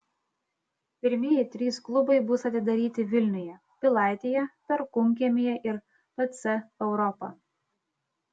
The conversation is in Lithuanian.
pirmieji trys klubai bus atidaryti vilniuje pilaitėje perkūnkiemyje ir pc europa